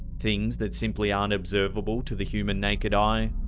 things that simply aren't observable to the human naked eye.